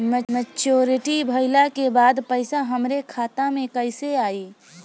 Maturity भईला के बाद पईसा हमरे खाता में कइसे आई?